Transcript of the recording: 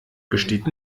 besteht